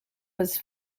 was